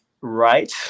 right